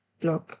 blog